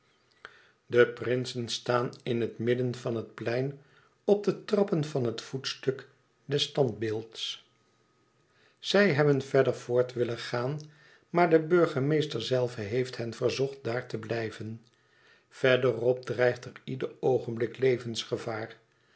de prinsen staan in het midden van het plein op de trappen van het voetstuk des standbeelds zij hebben verder voort willen gaan maar de burgemeester zelve heeft hen verzocht daar te blijven verder op dreigt er ieder oogenblik levensgevaar